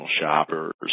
shoppers